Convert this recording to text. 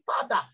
Father